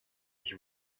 ich